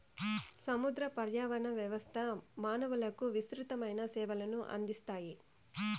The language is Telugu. సముద్ర పర్యావరణ వ్యవస్థ మానవులకు విసృతమైన సేవలను అందిస్తాయి